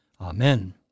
Amen